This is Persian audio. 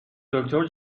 دکتر